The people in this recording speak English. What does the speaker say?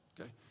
Okay